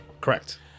Correct